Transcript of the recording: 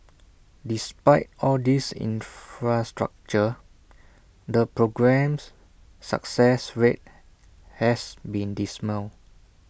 despite all this infrastructure the programme's success rate has been dismal